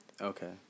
Okay